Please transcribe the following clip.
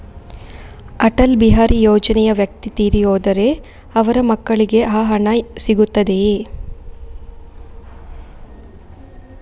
ಅಟಲ್ ಬಿಹಾರಿ ಯೋಜನೆಯ ವ್ಯಕ್ತಿ ತೀರಿ ಹೋದರೆ ಅವರ ಮಕ್ಕಳಿಗೆ ಆ ಹಣ ಸಿಗುತ್ತದೆಯೇ?